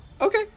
Okay